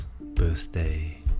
birthday